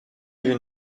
you